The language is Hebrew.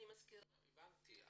אני מזכירה --- הבנתי,